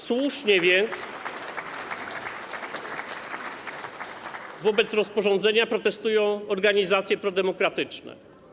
Słusznie więc przeciwko rozporządzeniu protestują organizacje prodemokratyczne.